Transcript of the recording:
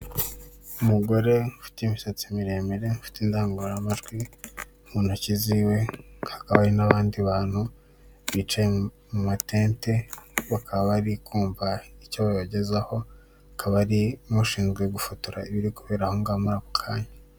Umugore ufite imisatsi miremire ufite indangururamajwi mu ntoki ziwe hakaba hari n'abandi bantu bicaye mu matete bakaba bari kumvamva icyo babagezaho, hakaba hari ushinzwe gufotora ibiri kubera aho ngaho muri ako kanya.